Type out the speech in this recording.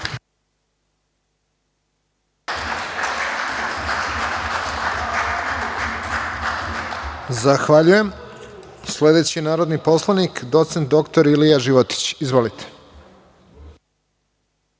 Zahvaljujem. Reč ima narodni poslanik docent, doktor Ilija Životić. Izvolite.